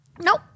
Nope